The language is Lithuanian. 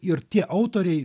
ir tie autoriai